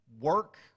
work